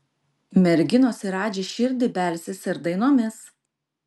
merginos į radži širdį belsis ir dainomis